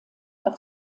auf